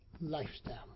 lifestyle